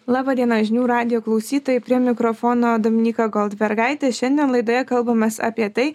laba diena žinių radijo klausytojai prie mikrofono dominyka goldbergaitė šiandien laidoje kalbamės apie tai